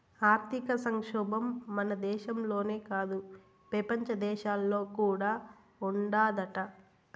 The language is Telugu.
ఆర్థిక సంక్షోబం మన దేశంలోనే కాదు, పెపంచ దేశాల్లో కూడా ఉండాదట